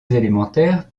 élémentaires